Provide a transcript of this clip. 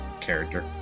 character